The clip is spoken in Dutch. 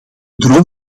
droom